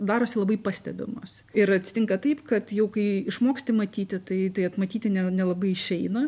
darosi labai pastebimos ir atsitinka taip kad jau kai išmoksti matyti tai tai atmatyti ne nelabai išeina